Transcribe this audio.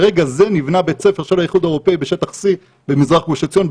ברגע זה נבנה בית ספר של האיחוד האירופי בשטח C במזרח גוש עציון,